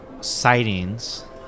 sightings